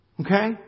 Okay